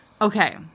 Okay